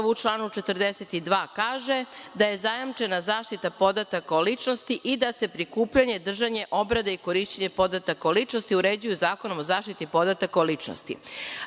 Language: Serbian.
u članu 42. kaže da je zajamčena zaštita podataka o ličnosti i da se prikupljanje, držanje, obrada i korišćenje podataka o ličnosti uređuju Zakonom o zaštiti podataka o ličnosti. Kako